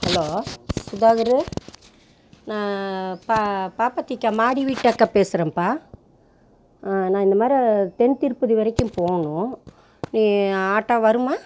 hello Sudhakar நான் ப பாப்பாத்தி அக்கா மாடி வீட்டு அக்கா பேசுகிறேன்பா நான் இந்த மாரி தென் திருப்பதி வரைக்கும் போகணும் நீ ஆட்டோ வரும்மா